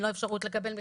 לא אפשרות לקבל מכתבים,